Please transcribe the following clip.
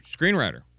Screenwriter